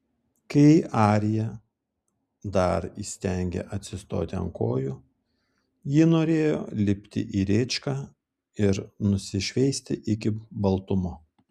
kai arija dar įstengė atsistoti ant kojų ji norėjo lipti į rėčką ir nusišveisti iki baltumo